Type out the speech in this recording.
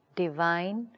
divine